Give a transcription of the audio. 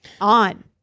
on